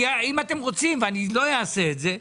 אם אתם רוצים, ואני לא אעשה את זה,